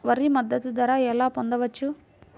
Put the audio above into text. వరి మద్దతు ధర ఎలా పొందవచ్చు?